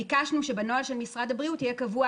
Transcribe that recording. ביקשנו שבנוהל של משרד הבריאות יהיה קבוע